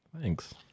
Thanks